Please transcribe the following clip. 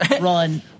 run